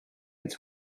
its